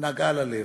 נגעה ללב.